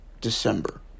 December